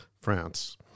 France